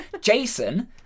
Jason